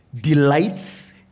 delights